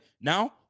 Now